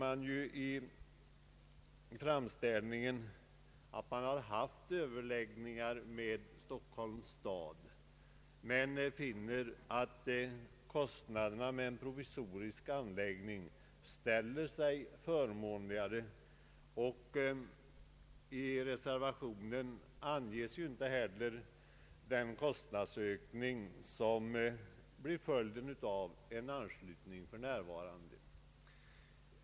I utskottsutlåtandet anförs att överläggningar ägt rum med Stockholms stad, men att kostnaden för en provisorisk anläggning ställer sig mest förmånlig. I reservationen anges inte heller den kostnadsökning som blir följden av en anslutning till fjärrvärmeverket redan nu.